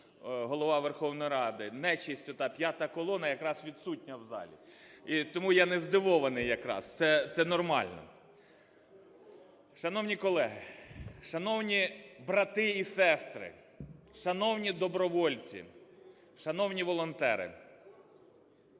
Голова Верховної Ради, нечисть, ота "п'ята колона", якраз відсутня в залі. І тому я не здивований якраз, це нормально. Шановні колеги! Шановні брати і сестри! Шановні добровольці! Шановні волонтери!